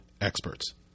experts